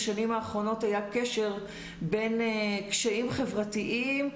בשנים האחרונות היה קשר בין קשיים חברתיים,